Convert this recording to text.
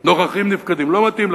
נוכחים נפקדים, לא מתאים לי.